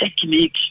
technique